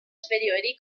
superiori